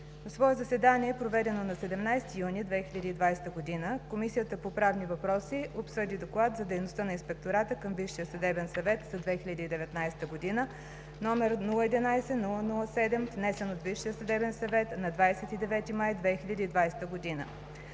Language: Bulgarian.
свое заседание, проведено на 17 юни 2020 г., Комисията по правни въпроси обсъди Доклад за дейността на Инспектората към Висшия съдебен съвет за 2019 г., № 011-00-7, внесен от Висшия съдебен съвет на 29 май 2020 г.